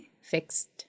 fixed